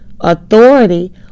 authority